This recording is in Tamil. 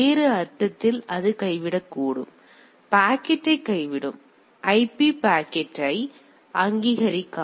வேறு அர்த்தத்தில் அது கைவிடக்கூடும் அது பாக்கெட்டை கைவிடும் இது ஐபி பாக்கெட்டை அங்கீகரிக்காது